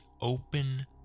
open